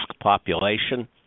population